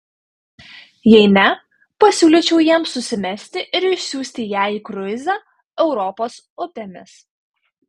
jei ne pasiūlyčiau jiems susimesti ir išsiųsti ją į kruizą europos upėmis